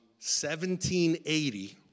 1780